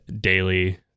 daily